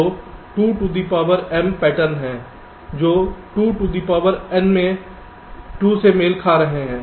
तो 2 two the power m पैटर्न हैं जो 2 टू दी पावर n में 2 से मेल खा रहे हैं